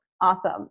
Awesome